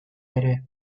ere